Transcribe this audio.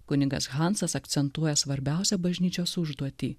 kunigas hansas akcentuoja svarbiausią bažnyčios užduotį